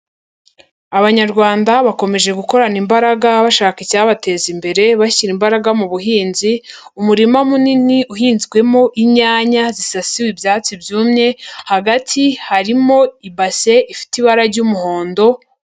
Abanyarwanda bakomeje gukorana imbaraga bashaka icyabateza imbere bashyira imbaraga mu buhinzi, umurima munini uhinzwemo inyanya zisasiwe ibyatsi byumye, hagati harimo ibase ifite ibara ry'umuhondo.